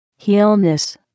healness